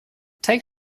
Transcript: take